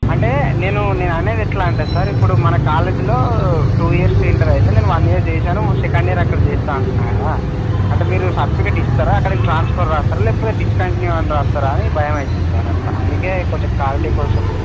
అంటే నేను నేను అనేది ఎట్లా అంటే సార్ ఇప్పుడు మన కాలేజీలో టూ ఇయర్స్ ఇంటర్ అయితే నేను వన్ ఇయర్ చేసాను సెకండ్ ఇయర్ అక్కడ చేస్తాను అంటున్నాను కదా అంటే మీరు సర్టిఫికేట్ ఇస్తారా లేకపోతే అక్కడికి ట్రాన్స్ఫర్ రాస్తారా లేకపోతే డిస్కంటిన్యూ రాస్తరా అని భయం అవుతుంది సార్ అట్లా అందుకని కొంచెం క్లారిటీ కోసం